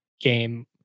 game